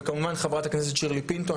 וכמובן חברת הכנסת שירלי פינטו.